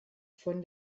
von